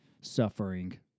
suffering